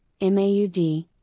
MAUD